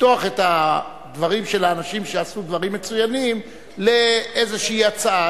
לפתוח את הדברים של האנשים שעשו דברים מצוינים לאיזו הצעה,